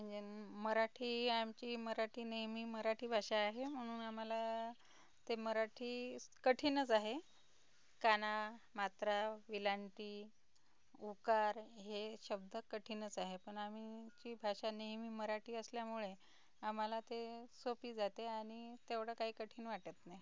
म्हणजे मराठी आमची मराठी नेहमी मराठी भाषा आहे म्हणून आम्हाला ते मराठी कठीणच आहे काना मात्रा वेलांटी उकार हे शब्द कठीणच आहे पण आमची भाषा नेहमी मराठी असल्यामुळे आम्हाला ते सोपी जाते आणि तेवढं काही कठीण वाटत नाही